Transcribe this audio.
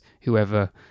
whoever